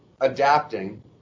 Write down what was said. Adapting